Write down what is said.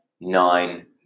nine